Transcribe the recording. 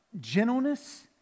gentleness